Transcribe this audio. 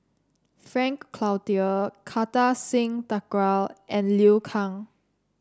Frank Cloutier Kartar Singh Thakral and Liu Kang